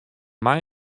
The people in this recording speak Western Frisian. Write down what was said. mei